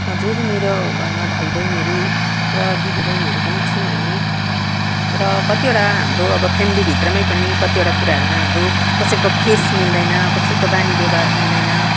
हजुर मेरो घरमा भाइ बहिनीहरू र दिदी बहिनीहरू पनि छौँ हामी र कतिवटा हाम्रो अब फ्यामिली भित्रमा पनि कतिवटा कुराहरूमा हाम्रो कसैको फेस मिल्दैन कसैको बानी व्यवहार मिल्दैन